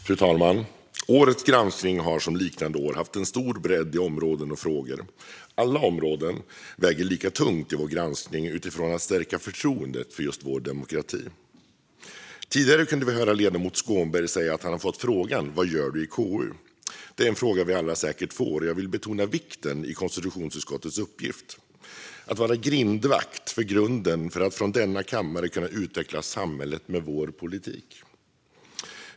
Fru talman! Årets granskning har likt andra år haft en stor bredd i områden och frågor. Alla områden väger lika tungt i vår granskning utifrån att stärka förtroendet för vår demokrati. Tidigare kunde vi höra ledamoten Skånberg säga att han fått frågan vad han gör i KU. Det är en fråga vi alla säkert får, och jag vill betona vikten i konstitutionsutskottets uppgift: att vara grindvakten för grunden till att från denna kammare kunna utveckla samhället med politik.